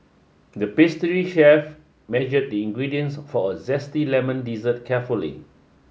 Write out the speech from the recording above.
the pastry chef measure the ingredients for a zesty lemon dessert carefully